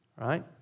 right